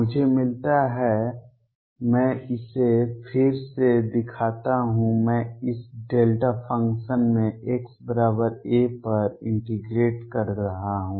मुझे मिलता है मैं इसे फिर से दिखाता हूं मैं इस डेल्टा फ़ंक्शन में xa पर इंटीग्रेट कर रहा हूं